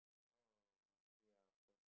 oh ya of course